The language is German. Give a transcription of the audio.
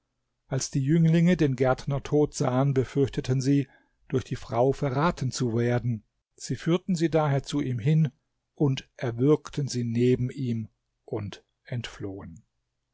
als die jünglinge den gärtner tot sahen befürchteten sie durch die frau verraten zu worden sie führten sie daher zu ihm hin und erwürgten sie neben ihm und entflohen